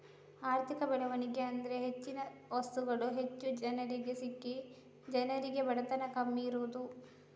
ಆರ್ಥಿಕ ಬೆಳವಣಿಗೆ ಅಂದ್ರೆ ಹೆಚ್ಚಿನ ವಸ್ತುಗಳು ಹೆಚ್ಚು ಜನರಿಗೆ ಸಿಕ್ಕಿ ಜನರಿಗೆ ಬಡತನ ಕಮ್ಮಿ ಇರುದು